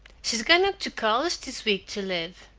she's gone up to college this week to live.